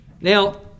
Now